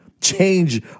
Change